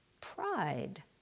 pride